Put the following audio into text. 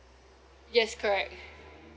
yes correct